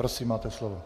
Prosím máte slovo.